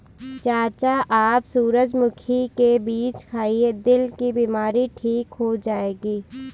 चाचा आप सूरजमुखी के बीज खाइए, दिल की बीमारी ठीक हो जाएगी